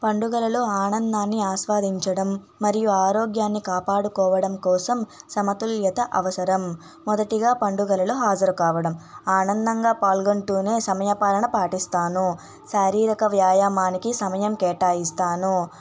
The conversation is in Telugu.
పండుగలలో ఆనందాన్ని ఆస్వాదించడం మరియు ఆరోగ్యాన్ని కాపాడుకోవడం కోసం సమతుల్యత అవసరం మొదటిగా పండుగలలో హాజరు కావడం ఆనందంగా పాల్గొంటూనే సమయపాలన పాటిస్తాను శారీరక వ్యాయామానికి సమయం కేటాయిస్తాను